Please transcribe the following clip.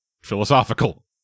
philosophical